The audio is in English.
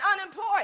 unemployed